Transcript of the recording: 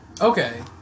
Okay